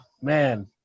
man